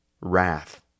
wrath